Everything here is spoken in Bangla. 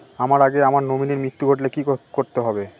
আমার আগে আমার নমিনীর মৃত্যু ঘটলে কি করতে হবে?